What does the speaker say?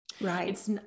Right